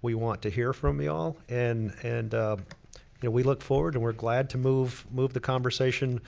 we want to hear from y'all. and and you know we look forward and we're glad to move move the conversation